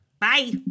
Bye